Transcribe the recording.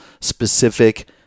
specific